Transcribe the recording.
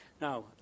Now